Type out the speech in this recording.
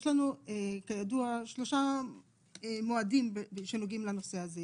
יש לנו כידוע שלושה מועדים שנוגעים לנושא הזה,